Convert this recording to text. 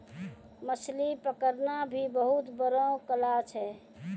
मछली पकड़ना भी बहुत बड़ो कला छै